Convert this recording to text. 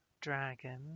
dragon